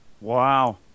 Wow